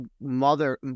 mother